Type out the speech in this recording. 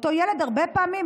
אותו ילד הרבה פעמים,